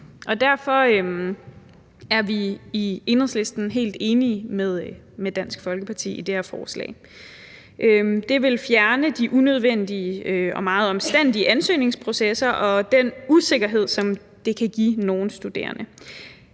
Derfor er vi i Enhedslisten helt enige med Dansk Folkeparti i det her forslag. Det vil fjerne den unødvendige og meget omstændelige ansøgningsproces og den usikkerhed, det kan give nogle studerende.